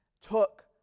took